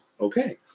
okay